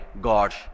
God